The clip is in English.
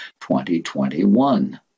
2021